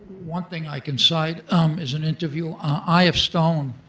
one thing i can cite um is an interview, i f stone